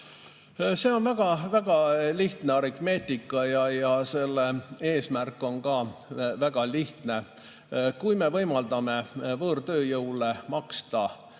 See on väga lihtne aritmeetika ja ka selle eesmärk on väga lihtne. Kui me võimaldame võõrtööjõule maksta